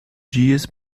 dias